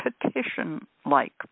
petition-like